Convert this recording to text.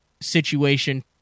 situation